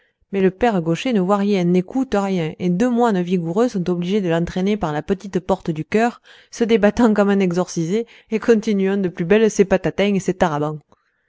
mais le père gaucher ne voit rien n'écoute rien et deux moines vigoureux sont obligés de l'entraîner par la petite porte du chœur se débattant comme un exorcisé et continuant de plus belle ses patatin et